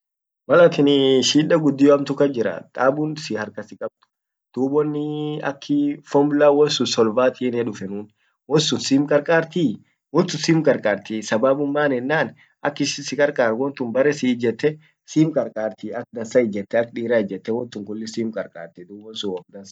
malatin shida guddio hamtu kas jirat, tabbun harka sikabd dub won aki formulae won sun solvatiinia dufenun won sun sim qarqartii? Won tun sim qarqarti sababun maaon ennan ak sihin sikarkart wontun bare siijette sim qarqarti ak dansa ijette ak dira ijette wontun kullin simqarqarti dub wonsun wom dansa